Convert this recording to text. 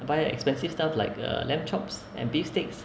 buy expensive stuff like uh lamb chops and beef steaks